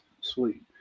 Sweet